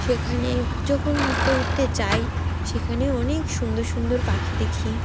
সেখানে যখন ঘুরতে ঘুরতে যাই সেখানে অনেক সুন্দর সুন্দর পাখি দেখি